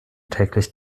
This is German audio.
täglich